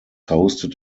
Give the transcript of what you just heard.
hosted